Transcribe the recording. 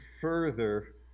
further